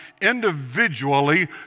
individually